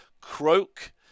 Croak